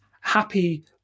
happy